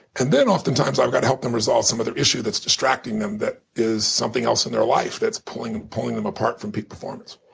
and then oftentimes i've got to help them resolve some other issue that's distracting them, that is something else in their life that's pulling and pulling them apart from peak performance.